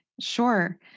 Sure